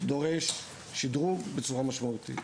דורש שדרוג בצורה משמעותית.